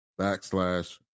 backslash